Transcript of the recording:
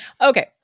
Okay